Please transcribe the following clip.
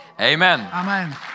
Amen